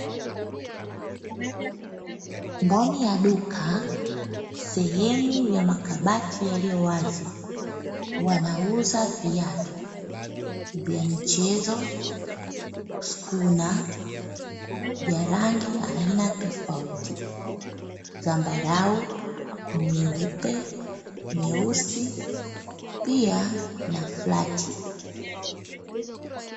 Ndani ya duka sehemu ya makabati iliyowazi wanauza viatu vya aina mbalimbali